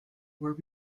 were